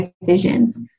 decisions